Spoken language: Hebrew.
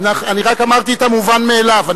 אני רק אמרתי את המובן מאליו.